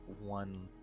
one